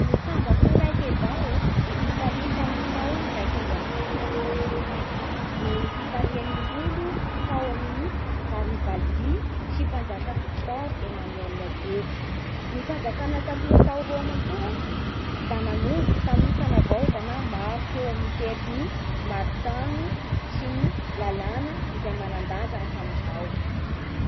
Nikamba ho raiky avao o i Italia tamin'ny tao raika amby enimpolo sy valonjato sy arivo noho ny fitarihiny olo tao amin'ny Garibaldi sy mpanjaka Victor Emmanuel Deux. Ny fanjakana taloha tao Rôma koa da nanomboky tamin'ny fanavaozana maro teo amin'ny sehatry ny maritrano sy ny lalàna izay manan-danja hatramin'izao.